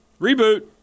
Reboot